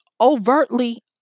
overtly